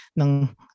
ng